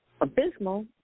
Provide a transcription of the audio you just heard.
abysmal